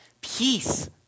Peace